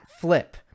flip